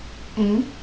mm